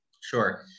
Sure